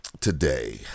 today